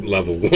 Level